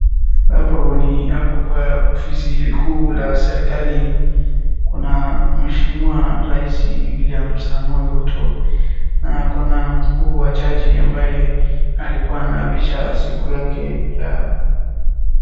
Hapa ni hapo kwa ofisi kuu la serikali, kuna mheshimiwa rais William Samoei Ruto na ako na mkuu wa jaji ambaye alikuwa anaapisha siku yake ya.